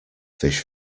fish